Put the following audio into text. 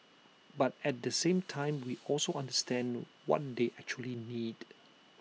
but at the same time we also understand what they actually need